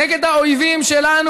נגד האויבים שלנו.